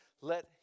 let